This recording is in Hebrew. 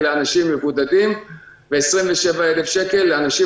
לאנשים מבודדים ו-27,000 שקל לאנשים